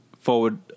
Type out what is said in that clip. forward